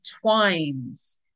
twines